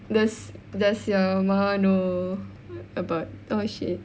does does your mum know about oh shit